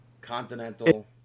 Continental